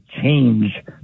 change